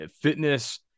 fitness